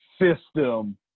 system